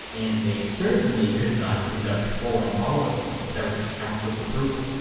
and they certainly could not conduct foreign policy without the council's approval.